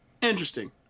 interesting